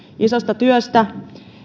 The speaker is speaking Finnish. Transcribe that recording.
isosta työstä